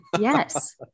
Yes